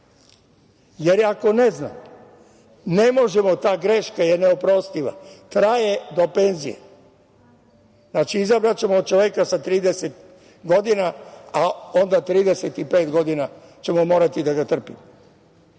Jer, ako ne zna, ta greška je neoprostiva, traje do penzije. Znači, izabraćemo čoveka sa 30 godina a onda 35 godina ćemo morati da ga trpimo,